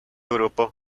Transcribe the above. grupo